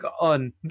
on